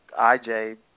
IJ